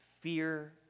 fear